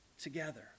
together